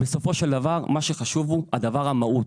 בסופו של דבר, מה שחשוב הוא המהות.